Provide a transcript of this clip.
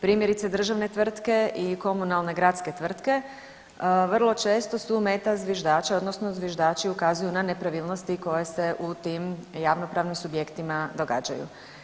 Primjerice, državne tvrtke i komunalne gradske tvrtke vrlo često su meta zviždača odnosno zviždači ukazuju na nepravilnosti koje se u tim javnopravnim subjektima događaju.